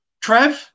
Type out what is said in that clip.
Trev